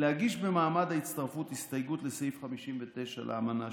היא להגיש במעמד ההצטרפות הסתייגות לסעיף 59 לאמנה,